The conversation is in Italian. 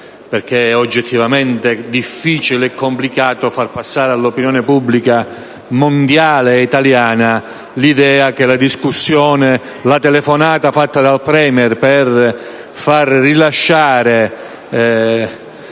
è oggettivamente difficile e complicato far passare all'opinione pubblica mondiale e italiana l'idea che la telefonata fatta dal *Premier* per far rilasciare